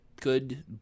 Good